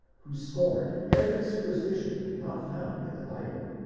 who scorned every superstition not found in the bible.